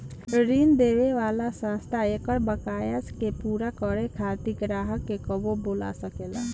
ऋण देवे वाला संस्था एकर बकाया के पूरा करे खातिर ग्राहक के कबो बोला सकेला